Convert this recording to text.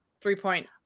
three-point